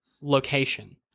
location